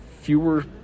fewer